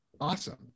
awesome